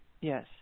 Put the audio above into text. Yes